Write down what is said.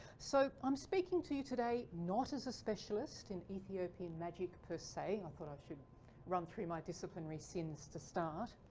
so i'm speaking to you today not as a specialist in ethiopian magic per se. i thought i should run through my disciplinary sins to start.